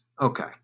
Okay